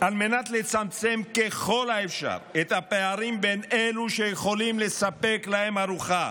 על מנת לצמצם ככל האפשר את הפערים בין אלו שיכולים לספק להם ארוחה